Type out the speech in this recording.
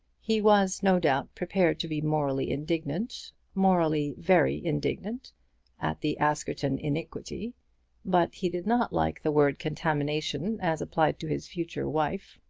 he was, no doubt, prepared to be morally indignant morally very indignant at the askerton iniquity but he did not like the word contamination as applied to his future wife.